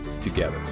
together